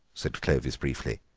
said clovis briefly.